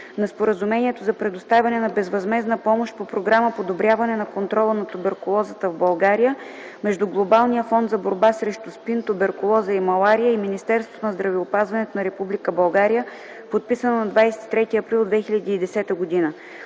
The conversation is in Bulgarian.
на Споразумението за предоставяне на безвъзмездна помощ по Програма „Подобряване на контрола на туберкулозата в България” между Глобалния фонд за борба срещу СПИН, туберкулоза и малария и Министерство на здравеопазването на Република България”, №